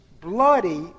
bloody